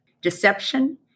deception